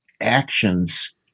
actions